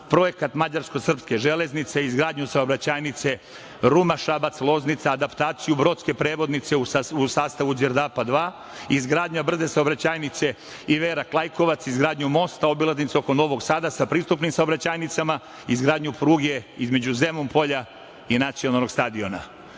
projekat mađarsko-srpske železnice, izgradnju saobraćajnice Ruma – Šabac – Loznica, adaptaciju brodske prevodnice u sastavu „Đerdapa II“, izgradnja brze saobraćajnice Iverak – Lajkovac, izgradnju mosta obilaznice oko Novog Sada sa pristupnim saobraćajnicama, izgradnju pruge između Zemun Polja i Nacionalnog stadiona. Sve